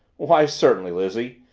why, certainly, lizzie,